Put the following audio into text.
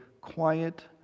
quiet